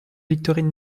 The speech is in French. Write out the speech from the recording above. victorine